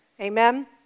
Amen